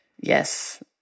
Yes